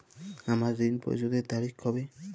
আমার ঋণ পরিশোধের তারিখ কবে?